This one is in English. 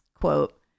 quote